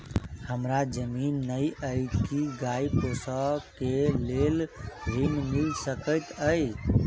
हमरा जमीन नै अई की गाय पोसअ केँ लेल ऋण मिल सकैत अई?